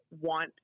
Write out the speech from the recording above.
want